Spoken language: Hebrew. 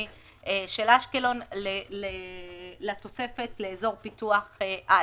של אשקלון לתוספת לאזור פיתוח א'.